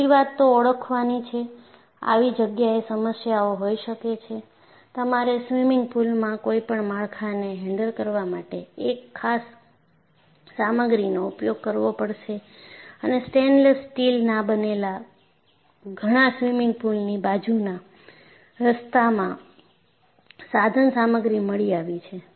પહેલી વાત તો ઓળખવાની છે આવી જગ્યાએ સમસ્યા હોઈ શકે છે તમારે સ્વિમિંગ પૂલમાં કોઈપણ માળખાને હેન્ડલ કરવા માટે એક ખાસ સામગ્રીનો ઉપયોગ કરવો પડશે અને સ્ટેનલેસ સ્ટીલના બનેલા ઘણા સ્વિમિંગ પૂલની બાજુના રસ્તામાં સાધનસામગ્રી મળી આવી છે